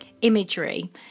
imagery